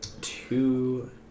two